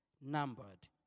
numbered